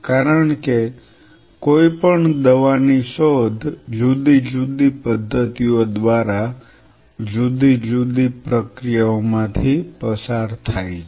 કારણ કે કોઈપણ દવાની શોધ જુદી જુદી પદ્ધતિઓ દ્વારા જુદી જુદી પ્રક્રિયાઓમાંથી પસાર થાય છે